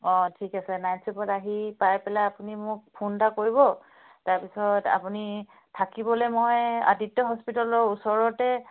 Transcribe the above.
অঁ ঠিক আছে নাইটচুপাৰত আহি পাই পেলাই আপুনি মোক ফোন এটা কৰিব তাৰপিছত আপুনি থাকিবলৈ মই আদিত্য হস্পিটেলৰ ওচৰতে